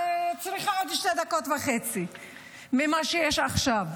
צריכה עוד שתי דקות וחצי יותר ממה שיש עכשיו.